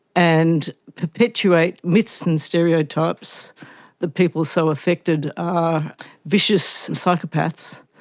and perpetuate myths and stereotypes that people so affected are vicious psychopaths,